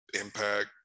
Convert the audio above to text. impact